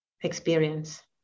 experience